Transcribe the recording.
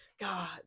god